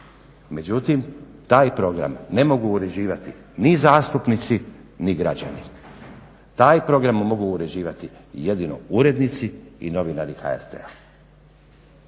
Međutim, taj program ne mogu uređivati ni zastupnici ni građani, taj program mogu uređivati jedino urednici i novinari HRT-a.